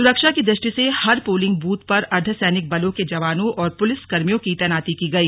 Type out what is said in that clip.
सुरक्षा की दृष्टि से हर पोलिंग बूथ पर अर्दध सैनिक बलों के जवानों और पुलिस कर्मियों की तैनाती की गई